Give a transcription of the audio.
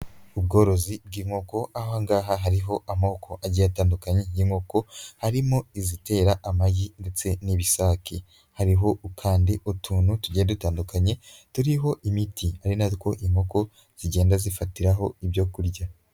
Ubworozi bw'inkoko, aho aha ngaha hariho amoko agiye atandukanye y'inkoko, harimo izitera amagi ndetse n'ibisaki. Hariho kandi utuntu tugiye dutandukanye turiho imiti ari na two inkoko zigenda zifatiraho ibyo kurya.